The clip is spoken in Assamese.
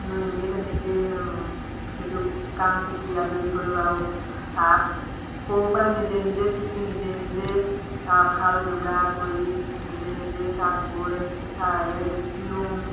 লৈ মেলি তেনেকেই সেইটো কাম শিকি আজৰি হ'লোঁ আৰু তাঁত সৰু পাই নিজে নিজে শিকি নিজে নিজে তাঁতশাল যোগাৰ কৰি নিজে নিজে তাঁত বৈ তাৰে বিকিওঁ